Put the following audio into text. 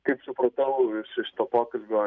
kaip supratau iš iš to pokalbio